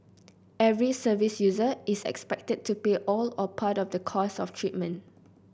every service user is expected to pay all or part of the costs of treatment